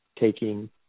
taking